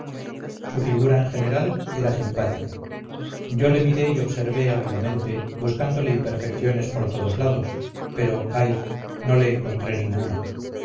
su figura en general era simpática yo le miré y observé ávidamente buscándole imperfecciones por todos lados pero ay no le encontré ninguna